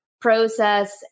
process